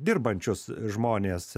dirbančius žmones